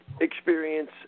experience